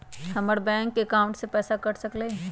हमर bank account से पैसा कट सकलइ ह?